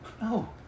no